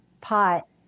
pot